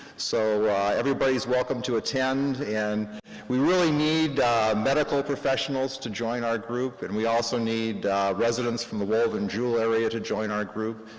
so everybody's welcome to attend, and we really need medical professionals to join our group, and we also need residents from the wolven jewell area to join our group.